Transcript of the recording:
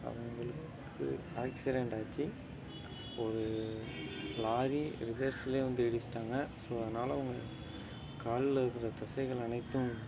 அவங்களுக்கு ஆக்சிடண்ட் ஆச்சு ஒரு லாரி ரிவர்ஸ்ல வந்து இடிச்சிட்டாங்கள் ஸோ அதனால அவங்க கால்ல இருக்கிற தசைகள் அனைத்தும்